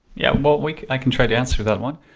yeah, well like i can try to answer that one.